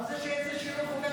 מה זה שינוי חוקתי?